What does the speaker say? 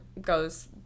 goes